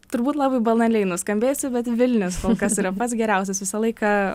turbūt labai banaliai nuskambėsiu bet vilnius kol kas yra pats geriausias visą laiką